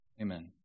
Amen